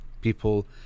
people